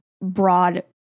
broad